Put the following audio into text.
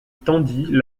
tendit